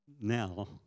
now